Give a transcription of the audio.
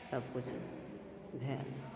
तब किछु भेल